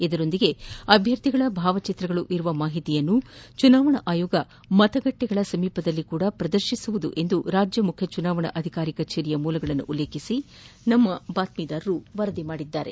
ಇದರ ಜೊತೆಗೆ ಅಭ್ಯರ್ಥಿಗಳ ಭಾವಚಿತ್ರವಿರುವ ಮಾಹಿತಿಯನ್ನು ಚುನಾವಣಾ ಆಯೋಗ ಮತಗಟ್ಟೆಯ ಪಕ್ಕದಲ್ಲಿಯೂ ಪ್ರದರ್ತಿಸಲಿದೆ ಎಂದು ರಾಜ್ಯ ಮುಖ್ಯ ಚುನಾವಣಾಧಿಕಾರಿ ಕಚೇರಿಯ ಮೂಲಗಳನ್ನು ಉಲ್ಲೇಖಿಸಿ ನಮ್ಮ ಬಾತ್ಸಿದಾರರು ವರದಿ ಮಾಡಿದ್ದಾರೆ